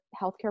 healthcare